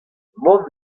mann